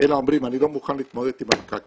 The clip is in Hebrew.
אלא הם אומרים: אני לא מוכן להתמודד עם הפקקים,